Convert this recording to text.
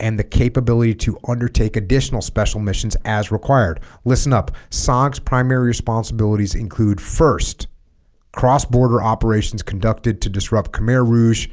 and the capability to undertake additional special missions as required listen up songs primary responsibilities include first cross-border operations conducted to disrupt khmer rouge